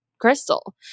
crystal